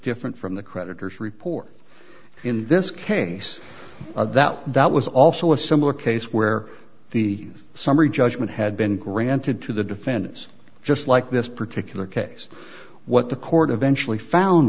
different from the creditors report in this case that that was also a similar case where the summary judgment had been granted to the defendants just like this particular case what the court eventually found